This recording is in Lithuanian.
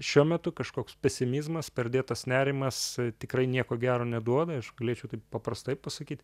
šiuo metu kažkoks pesimizmas perdėtas nerimas tikrai nieko gero neduoda aš galėčiau taip paprastai pasakyt